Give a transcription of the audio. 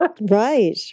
right